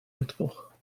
mittwoch